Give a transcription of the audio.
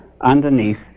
underneath